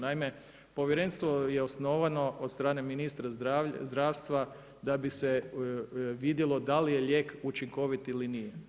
Naime, povjerenstvo je osnovano od strane ministra zdravstva da bi se vidjelo da li je lijek učinkovit ili nije.